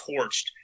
torched